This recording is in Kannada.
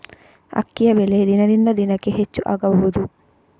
ಅಕ್ಕಿಯ ಬೆಲೆ ದಿನದಿಂದ ದಿನಕೆ ಹೆಚ್ಚು ಆಗಬಹುದು?